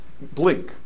blink